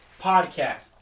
Podcast